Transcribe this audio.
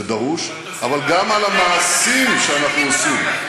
זה דרוש, אבל גם על המעשים שאנחנו עושים.